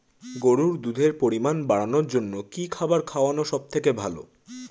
গরুর দুধের পরিমাণ বাড়ানোর জন্য কি খাবার খাওয়ানো সবথেকে ভালো?